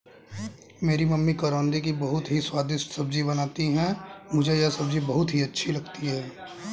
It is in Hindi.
मेरी मम्मी करौंदे की बहुत ही स्वादिष्ट सब्जी बनाती हैं मुझे यह सब्जी बहुत अच्छी लगती है